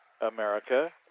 America